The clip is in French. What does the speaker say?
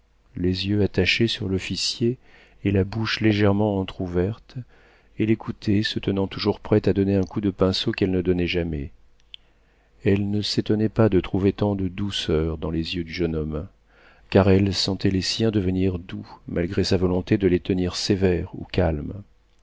les yeux attachés sur l'officier et la bouche légèrement entr'ouverte elle écoutait se tenant toujours prête à donner un coup de pinceau qu'elle ne donnait jamais elle ne s'étonnait pas de trouver tant de douceur dans les yeux du jeune homme car elle sentait les siens devenir doux malgré sa volonté de les tenir sévères ou calmes